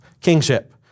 kingship